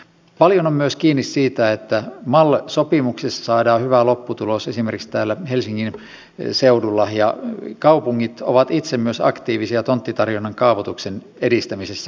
paljon on myös kiinni siitä että mal sopimuksissa saadaan hyvä lopputulos esimerkiksi täällä helsingin seudulla ja kaupungit ovat itse myös aktiivisia tonttitarjonnan kaavoituksen edistämisessä